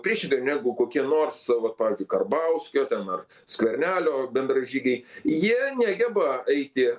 priešingai negu kokie nors vat pavyzdžiui karbauskio ten ar skvernelio bendražygiai jie negeba eiti